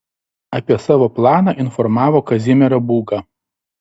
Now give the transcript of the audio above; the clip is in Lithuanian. apie savo planą informavo kazimierą būgą